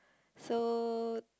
so